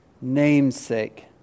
namesake